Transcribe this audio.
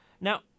Now